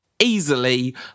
easily